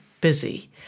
busy